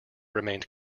remained